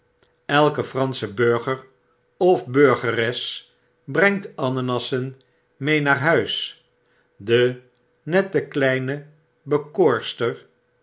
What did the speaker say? elke fransche burger of burgeres brengt ananassen mee naar huis de nette heine bekoorster